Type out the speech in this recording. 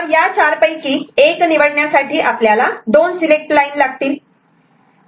तर या चार पैकी एक निवडण्यासाठी आपल्याला दोन सिलेक्ट लाईन लागतील